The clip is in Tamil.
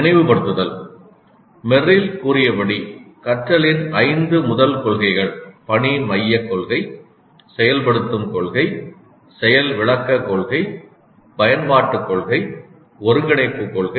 நினைவுபடுத்துதல் மெர்ரில் கூறியபடி கற்றலின் ஐந்து முதல் கொள்கைகள் பணி மையக் கொள்கை செயல்படுத்தும் கொள்கை செயல் விளக்கக் கொள்கை பயன்பாட்டுக் கொள்கை ஒருங்கிணைப்பு கொள்கை